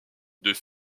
deux